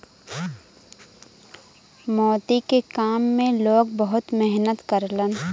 मोती के काम में लोग बहुत मेहनत करलन